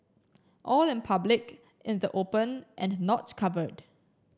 all in public in the open and not covered